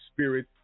Spirit